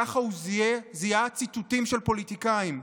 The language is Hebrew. כך הוא זיהה ציטוטים של פוליטיקאים,